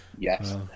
Yes